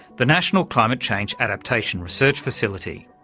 the national climate change adaptation research facility.